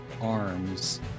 arms